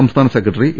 സംസ്ഥാന secretary A